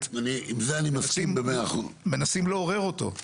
אבל זה לא באמת עובד ככה בדרך כלל.